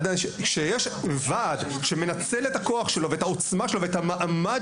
שיש וועד שמנצל את הכוח שלו ואת העוצמה שלו ואת המעמד